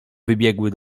wybiegły